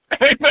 Amen